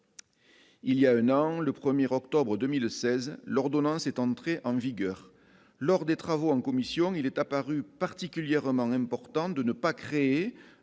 Il y a un an, le 1er octobre 2016, l'ordonnance est entrée en vigueur lors des travaux en commission, il est apparu particulièrement l'important de ne pas créer